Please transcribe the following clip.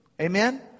Amen